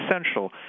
essential